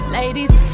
ladies